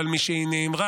אבל משהיא נאמרה,